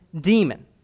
demon